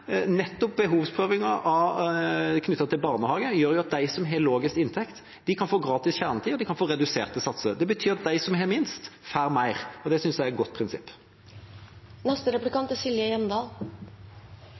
nettopp behovsprøvingen knyttet til barnehage gjør at de som har lavest inntekt, kan få gratis kjernetid, og at de kan få reduserte satser. Det betyr at de som har minst, får mer, og det synes jeg er et godt